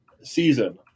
season